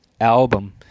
album